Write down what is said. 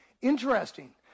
Interesting